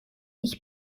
ich